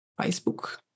Facebook